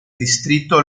distrito